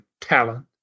talent